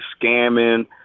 scamming